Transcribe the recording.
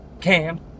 Cam